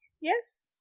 Yes